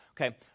okay